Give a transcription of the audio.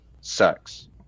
Sucks